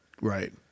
Right